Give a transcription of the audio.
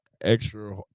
extra